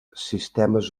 sistemes